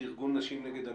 ארגון נשים נגד אלימות.